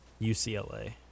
UCLA